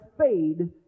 fade